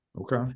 Okay